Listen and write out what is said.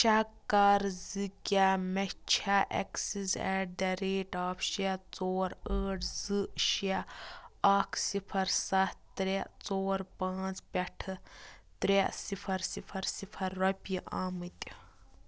check کَر زِ کیٛاہ مےٚ چھا access at the rate of شےٚ ژور ٲٹھ زٕ شےٚ اَکھ صِفر سَتھ ترٛےٚ ژور پانٛژ پٮ۪ٹھٕ ترٛےٚ صِفر صِفر صِفر رۄپیہِ آمٕتۍ